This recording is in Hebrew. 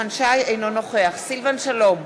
אינו נוכח סילבן שלום,